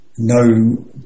no